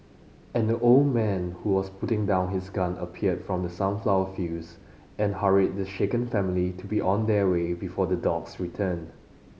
an old man who was putting down his gun appeared from the sunflower fields and hurried the shaken family to be on their way before the dogs return